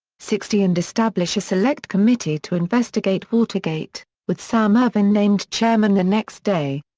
sixty and establish a select committee to investigate watergate, with sam ervin named chairman the next day.